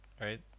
right